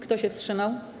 Kto się wstrzymał?